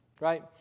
right